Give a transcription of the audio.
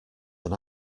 than